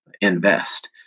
invest